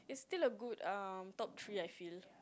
still a good um top three I feel